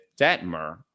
Detmer